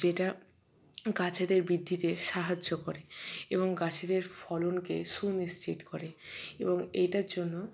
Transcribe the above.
যেটা গাছেদের বৃদ্ধিতে সাহায্য করে এবং গাছেদের ফলনকে সুনিশ্চিত করে এবং এইটার জন্য